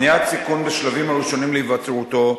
מניעת סיכון בשלבים הראשונים להיווצרותו,